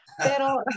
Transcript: Pero